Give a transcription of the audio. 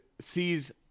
sees